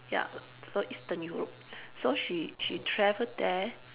ya so Eastern Europe so she she travelled there